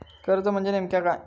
कर्ज म्हणजे नेमक्या काय?